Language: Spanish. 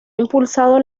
impulsado